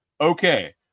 Okay